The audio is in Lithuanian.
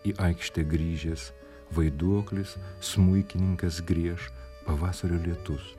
į aikštę grįžęs vaiduoklis smuikininkas grieš pavasario lietus